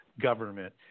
government